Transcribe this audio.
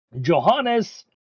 Johannes